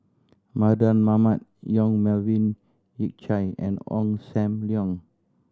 Mardan Mamat Yong Melvin Yik Chye and Ong Sam Leong